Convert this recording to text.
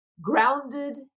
grounded